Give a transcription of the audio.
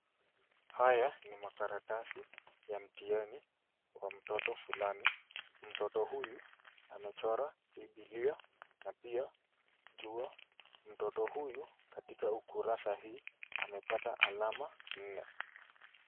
Haya ni makaratasi ya mtihani wa mtoto fulani. Mtoto huyu amechora bibilia na pia jua. Mtoto huyu katika ukurasa hii amepata alama nne.